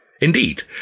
Indeed